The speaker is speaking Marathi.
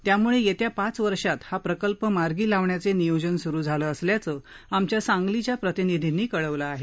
त्यामुळे येत्या पाच वर्षात हा प्रकल्प मार्गी लावण्याचे नियोजन सुरू झालं असल्याचं आमच्या सांगलीच्या प्रतिनिधींनी कळवलं आहे